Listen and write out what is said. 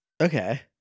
Okay